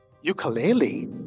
ukulele